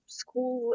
school